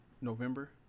November